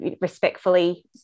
respectfully